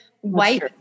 white